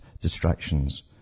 distractions